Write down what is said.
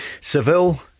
Seville